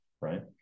right